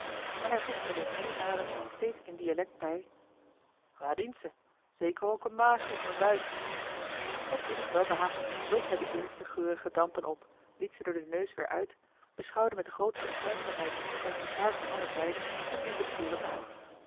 en hij voegde er in een adem steeds in dialect bij waar dient ze zeker ook een maagien van buiten met innig welbehagen zoog hij de eerste geurige dampen op liet ze door den neus weer uit beschouwde met de grootste opmerkzaamheid zijne sigaar van alle zijden en blies het vuur wat aan